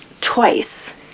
Twice